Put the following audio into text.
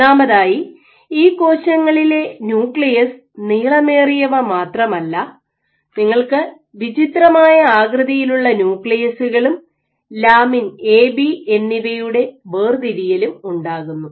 ഒന്നാമതായി ഈ കോശങ്ങളിലെ ന്യൂക്ലിയസ് നീളമേറിയവ മാത്രമല്ല നിങ്ങൾക്ക് വിചിത്രമായ ആകൃതിയിലുള്ള ന്യൂക്ലിയസുകളും ലാമിൻ എ ബി എന്നിവയുടെ വേർതിരിയലും ഉണ്ടാകുന്നു